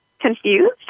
confused